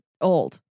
old